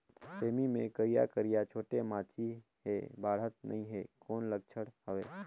सेमी मे करिया करिया छोटे माछी हे बाढ़त नहीं हे कौन लक्षण हवय?